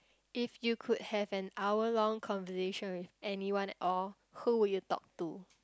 if you could have an hour long conversation with anyone at all who would you talk to